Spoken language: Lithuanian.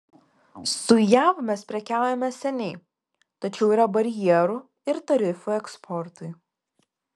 su jav mes prekiaujame seniai tačiau yra barjerų ir tarifų eksportui